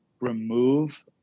remove